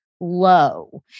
low